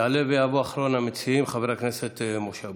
יעלה ויבוא אחרון המציעים, חבר הכנסת משה אבוטבול.